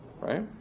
right